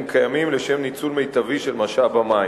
קיימים לשם ניצול מיטבי של משאב המים.